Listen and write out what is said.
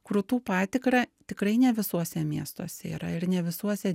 krūtų patikrą tikrai ne visuose miestuose yra ir ne visuose